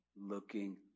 looking